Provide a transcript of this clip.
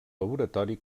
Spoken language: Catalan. laboratori